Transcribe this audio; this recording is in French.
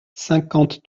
cinquante